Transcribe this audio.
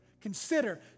Consider